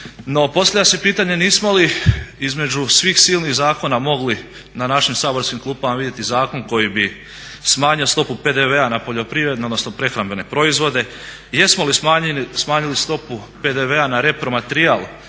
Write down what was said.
postavlja se pitanje nismo li između svih silnih zakona mogli na našim saborskim klupama vidjeti zakon koji bi smanjio stopu PDV-a na poljoprivredne odnosno prehrambene proizvode i jesmo li smanjili stopu PDV-a na repromaterijal